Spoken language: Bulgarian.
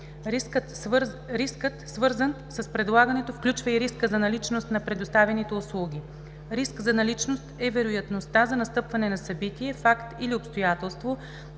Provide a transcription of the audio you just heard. Рискът, свързан с предлагането, включва и риска за наличност на предоставяните услуги. Риск за наличност е вероятността за настъпване на събитие, факт или обстоятелство,